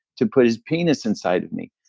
to put his penis inside of me?